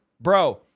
Bro